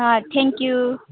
હા thank you